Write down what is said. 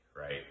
right